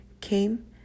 came